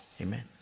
amen